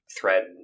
thread